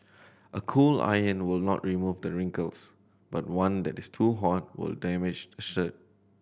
a cool iron will not remove the wrinkles but one that is too hot will damage the shirt